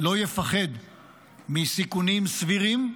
לא יפחד מסיכונים סבירים,